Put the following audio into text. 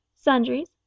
sundries